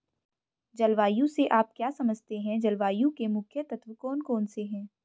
जलवायु से आप क्या समझते हैं जलवायु के मुख्य तत्व कौन कौन से हैं?